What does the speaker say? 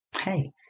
hey